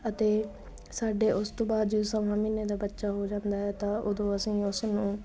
ਅਤੇ ਸਾਡੇ ਉਸ ਤੋਂ ਬਾਅਦ ਜੋ ਸਵਾ ਮਹੀਨੇ ਦਾ ਬੱਚਾ ਹੋ ਜਾਂਦਾ ਤਾਂ ਉਦੋਂ ਅਸੀਂ ਉਸ ਨੂੰ